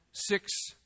six